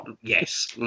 yes